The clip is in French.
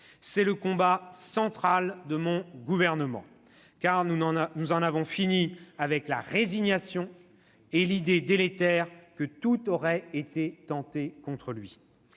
C'est le combat central de mon gouvernement, car nous en avons fini avec la résignation et l'idée délétère que tout aurait été tenté contre lui.